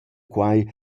quai